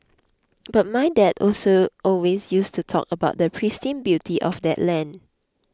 but my dad also always used to talk about the pristine beauty of that land